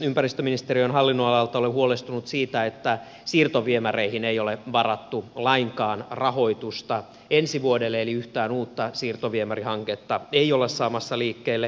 ympäristöministeriön hallinnonalalta olen huolestunut siitä että siirtoviemäreihin ei ole varattu lainkaan rahoitusta ensi vuodelle eli yhtään uutta siirtoviemärihanketta ei olla saamassa liikkeelle